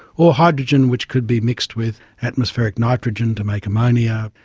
or hydrogen which could be mixed with atmospheric nitrogen to make ammonia.